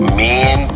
men